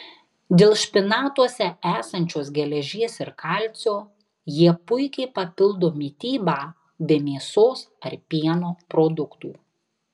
dėl špinatuose esančios geležies ir kalcio jie puikiai papildo mitybą be mėsos ar pieno produktų